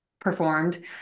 performed